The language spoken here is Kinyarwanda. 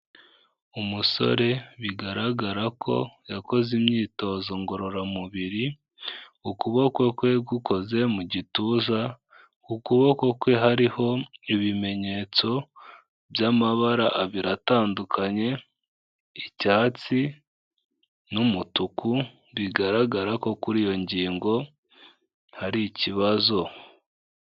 Umusore bigaragara ko yakoze imyitozo ngororamubiri, ukuboko kwe gukoze mu gituza, ukuboko kwe hariho ibimenyetso by'amabara abiri atandukanye, icyatsi n'umutuku, bigaragara ko kuri iyo ngingo hari ikibazo.